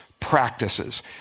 practices